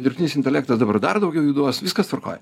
dirbtinis intelektas dabar dar daugiau jų duos viskas tvarkoj